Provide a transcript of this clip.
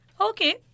Okay